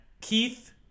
Keith